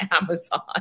Amazon